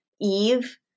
Eve